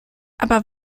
aber